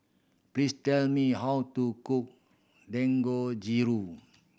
please tell me how to cook Dangojiru